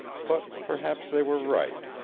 but perhaps they were right.